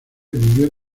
vivió